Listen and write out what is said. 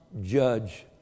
judge